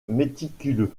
méticuleux